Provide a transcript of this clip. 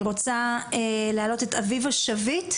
אני רוצה להעלות את אביבה שביט,